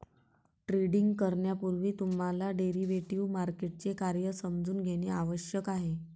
trading करण्यापूर्वी तुम्हाला derivative मार्केटचे कार्य समजून घेणे आवश्यक आहे